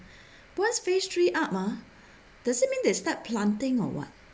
once phase three up ah does it mean they start planting or what